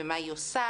ומה היא עושה,